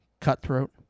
Cutthroat